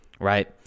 right